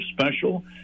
special